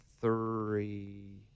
three